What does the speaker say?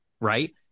right